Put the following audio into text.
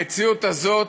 המציאות הזאת,